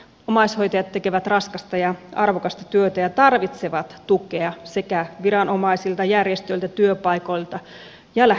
omaishoitajat tekevät raskasta ja arvokasta työtä ja tarvitsevat tukea viranomaisilta järjestöiltä työpaikoilta ja läheisiltään